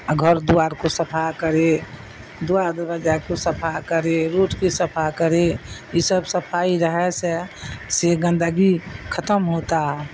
گھر دوار کو صفا کرے دوار کو صفا کرے روٹ کی صفا کرے یہ سب صفائی رہے سے سے گندگی ختم ہوتا ہے